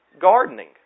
gardening